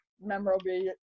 memorabilia